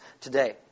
today